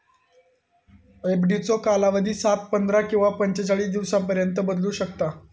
एफडीचो कालावधी सात, पंधरा किंवा पंचेचाळीस दिवसांपर्यंत बदलू शकता